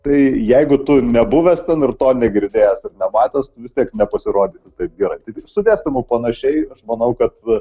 tai jeigu tu nebuvęs ten ir to negirdėjęs ir nematęs tu vis tiek nepasirodys taip ger taip ir su dėstymu panašiai aš manau kad